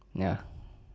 ya